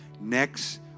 next